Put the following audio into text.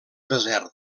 desert